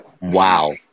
Wow